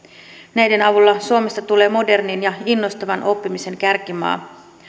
näiden avulla suomesta tulee modernin ja innostavan oppimisen kärkimaa